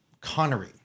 Connery